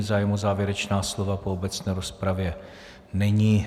Zájem o závěrečná slova po obecné rozpravě není.